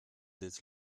this